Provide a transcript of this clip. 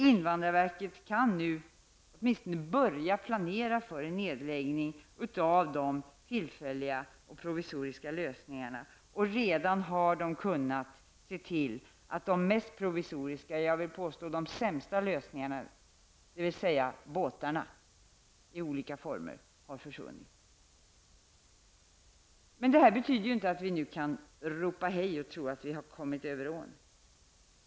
Invandrarverket kan nu åtminstone börja planera för en nedläggning av de tillfälliga och provisoriska lösningarna. Redan har man kunnat se till att de mest provisoriska, jag vill påstå de sämsta lösningarna, dvs. de olika båtarna, har försvunnit. Men det här betyder inte att vi nu kan ropa hej och tro att vi har kommit över ån.